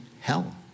hell